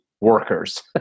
workers